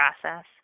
process